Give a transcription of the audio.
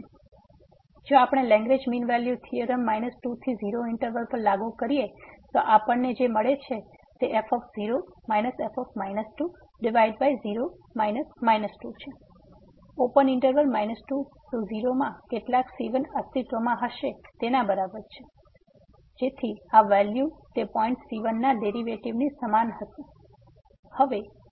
તેથી જો આપણે લગ્રેંજ મીન વેલ્યુ થીયોરમ 2 થી 0 ઈંટરવલ પર લાગુ કરીએ છીએ તો આપણને જે મળે છે તે f0 f0 open interval 2 to 0 માં કેટલાક c1 અસ્તિત્વમાં હશે તેના બરાબર છે જેથી આ વેલ્યુ તે પોઈંટ c1 પરના ડેરિવેટિવની સમાન હશે